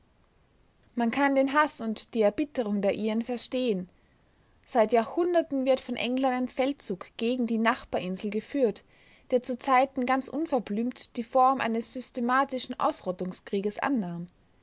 man kann den haß und die erbitterung der iren verstehen seit jahrhunderten wird von england ein feldzug gegen die nachbarinsel geführt der zu zeiten ganz unverblümt die form eines systematischen ausrottungskrieges annahm